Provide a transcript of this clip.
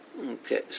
Okay